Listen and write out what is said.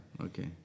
Okay